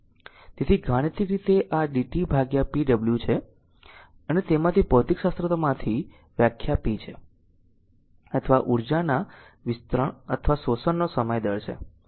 તેથી ગાણિતિક રીતે આ dt ભાગ્યા p dw છે અને તેમાંથી ભૌતિકશાસ્ત્રમાંથી વ્યાખ્યા p છે અથવા ઉર્જાના વિસ્તરણ અથવા શોષણનો સમય દર છે